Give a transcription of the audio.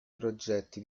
progetti